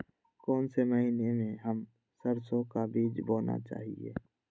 कौन से महीने में हम सरसो का बीज बोना चाहिए?